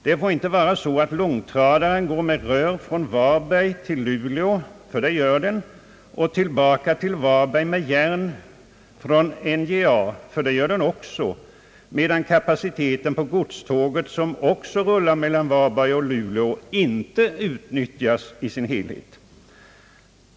Det får inte vara så att långtradaren går med rör från Varberg till Luleå — för det gör den — och tillbaka till Varberg med järn från NJA — för det gör den också — medan kapaciteten på godståget, som också rullar mellan Varberg och Luleå, inte utnyttjas.